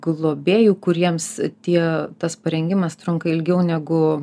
globėjų kuriems tie tas parengimas trunka ilgiau negu